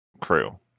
crew